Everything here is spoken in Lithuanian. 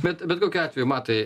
bet bet kokiu atveju matai